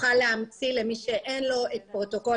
למי שאין לו, אני אוכל להמציא את פרוטוקול